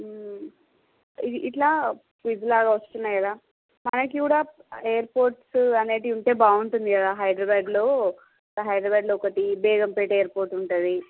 ఇట్లా ఇట్లాగ వస్తున్నాయి కదా మనకి కూడా ఎయిర్పోర్ట్స్ అనేది ఉంటే బాగుంటుంది కదా హైడ్రాబాద్లో హైదరాబాద్లో ఒకటి బేగంపేట ఎయిర్పోర్ట్ ఉంటుంది